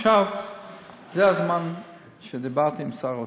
זה הזמן שדיברתי עם שר האוצר,